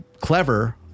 clever